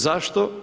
Zašto?